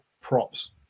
props